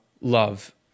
love